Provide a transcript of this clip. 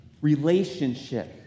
relationship